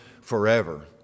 forever